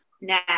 now